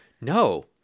no